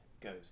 goes